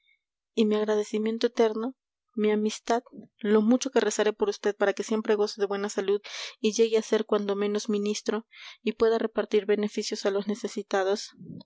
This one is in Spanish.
y mi agradecimiento eterno mi amistad lo mucho que rezaré por vd para que siempre goce de buena salud y llegue a ser cuando menos ministro y pueda repartir beneficios a los necesitados